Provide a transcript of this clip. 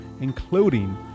including